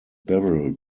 barrel